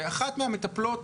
ואחת מהמטפלות